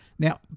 Now